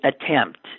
attempt